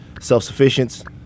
self-sufficiency